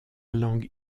langue